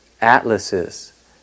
atlases